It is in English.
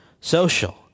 social